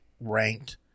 ranked